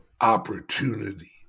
opportunity